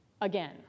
again